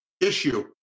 issue